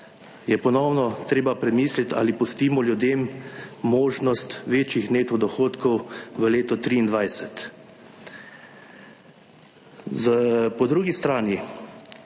je ponovno treba premisliti ali pustimo ljudem možnost večjih neto dohodkov v leto 2023. Po drugi strani